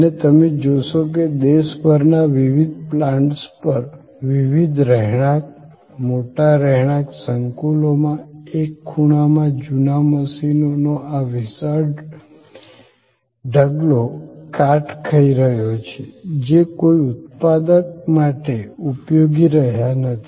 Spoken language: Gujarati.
અને તમે જોશો કે દેશભરના વિવિધ પ્લાન્ટ્સ પર વિવિધ રહેણાંક મોટા રહેણાંક સંકુલોમાં એક ખૂણામાં જૂના મશીનોનો આ વિશાળ ઢગલો કાટ ખાઈ રહ્યો છે જે કોઈ ઉત્પાદક માટે ઉપયોગી રહ્યા નથી